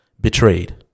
betrayed